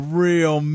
real